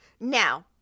now